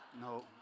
no